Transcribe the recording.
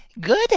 good